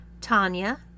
tanya